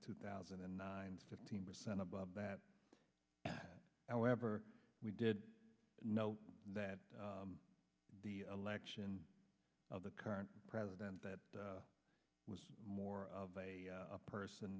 two thousand and nine fifteen percent above that however we did know that the election of the current president that was more of a person